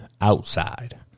outside